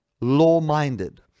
law-minded